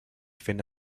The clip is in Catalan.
fent